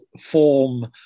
form